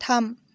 थाम